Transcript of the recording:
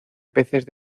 peces